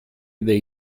dei